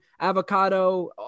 avocado